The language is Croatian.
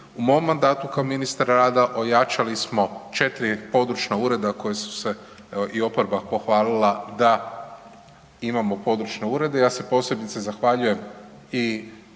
u mom mandatu kao ministar rada, ojačali smo 4 područna ureda koja su se i oporba pohvalila, da imamo područne urede, ja se posebice zahvaljujem o